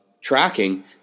tracking